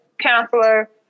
counselor